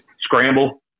scramble